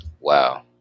Wow